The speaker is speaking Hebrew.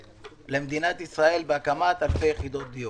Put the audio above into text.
למדינת ישראל בהקמת אלפי יחידות דיור.